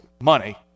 money